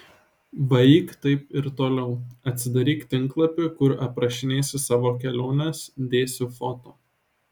varyk taip ir toliau atsidaryk tinklapį kur aprašinėsi savo keliones dėsi foto